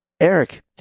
eric